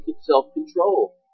self-control